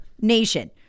nation